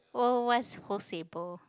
oh what's hosei bo